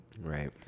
right